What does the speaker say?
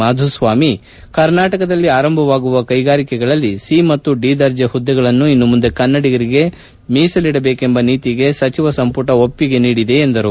ಮಾಧುಸ್ವಾಮಿ ಕರ್ನಾಟಕದಲ್ಲಿ ಆರಂಭವಾಗುವ ಕೈಗಾರಿಕೆಗಳಲ್ಲಿ ಸಿ ಮತ್ತು ಡಿ ದರ್ಜೆ ಹುದ್ದೆಗಳನ್ನು ಇನ್ನು ಮುಂದೆ ಕನ್ನಡಿಗರಿಗೆ ಮೀಸಲಿಡಬೇಕೆಂಬ ನೀತಿಗೆ ಸಚಿವ ಸಂಪುಟ ಒಪ್ಪಿಗೆ ನೀಡಿದೆ ಎಂದು ತಿಳಿಸಿದರು